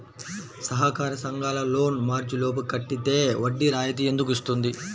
సహకార సంఘాల loan March లోపు కట్టితే వడ్డీ రాయితీ ఎందుకు ఇస్తుంది?